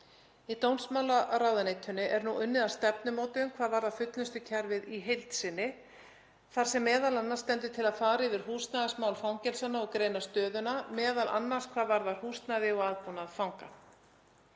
Í dómsmálaráðuneytinu er nú unnið að stefnumótun hvað varðar fullnustukerfið í heild sinni þar sem stendur til að fara yfir húsnæðismál fangelsanna og greina stöðuna, m.a. hvað varðar húsnæði og aðbúnað fanga.